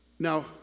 Now